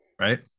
right